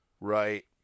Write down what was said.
right